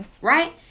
right